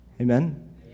Amen